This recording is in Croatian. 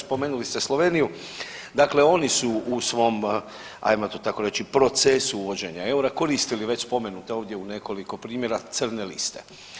Spomenuli ste Sloveniju, dakle oni su u svom ajmo to tako reći procesu uvođenja eura koristili već spomenute ovdje u nekoliko primjera crne liste.